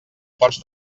pots